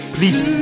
Please